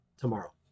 tomorrow